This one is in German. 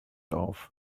auf